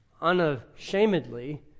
unashamedly